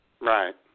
Right